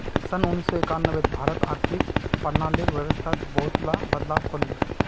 सन उन्नीस सौ एक्यानवेत भारत आर्थिक प्रणालीर व्यवस्थात बहुतला बदलाव कर ले